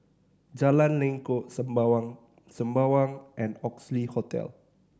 Jalan Lengkok Sembawang Sembawang and Oxley Hotel